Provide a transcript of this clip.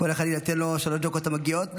לכל אחד אני אתן את שלוש הדקות המגיעות לו.